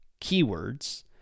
keywords